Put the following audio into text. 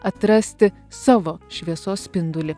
atrasti savo šviesos spindulį